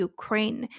Ukraine